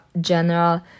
general